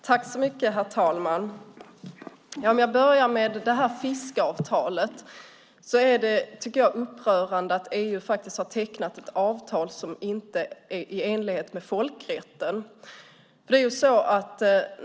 Herr talman! Jag börjar med fiskeavtalet eftersom jag tycker att det är upprörande att EU faktiskt har tecknat ett avtal som inte är i enlighet med folkrätten.